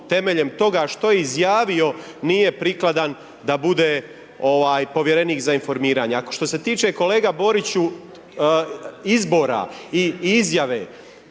temeljem toga što je izjavio, nije prikladan da bude povjerenik za informiranje. A što se tiče kolege Boriću izbora i izjave,